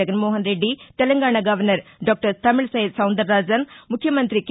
Jaganmohan Reddy Telangana governor doctor Tamilisai Soundararajan ముఖ్యమంతి K